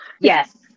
Yes